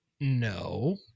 No